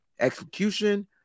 Execution